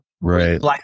right